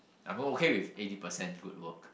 I go okay with eighty percent good work